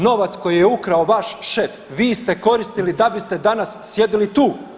Novac koji je ukrao vaš šef, vi ste koristili da biste danas sjedili tu.